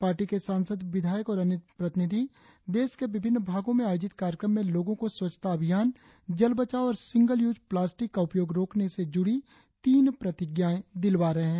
party के सांसद विधायक और अन्य प्रतिनिधि देश के विभिन्न भागो में आयोजित कार्यक्रम में लोगो को स्वच्छता अभियान जल बचाव और सिंगल यूज प्लास्टिक का उपयोग रोकने से जुड़ी तीन प्रतिज्ञाए दिला रहे है